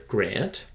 Grant